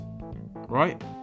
right